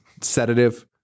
sedative